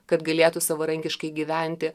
kad galėtų savarankiškai gyventi